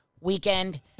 weekend